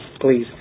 please